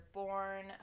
born